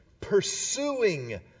pursuing